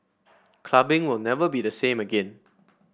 clubbing will never be the same again